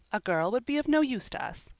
a girl would be of no use to us.